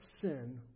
sin